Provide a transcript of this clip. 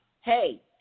hey